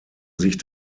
sich